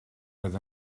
oedd